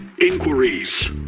inquiries